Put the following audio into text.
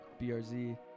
brz